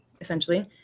essentially